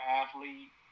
athlete